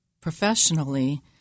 professionally